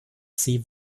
sie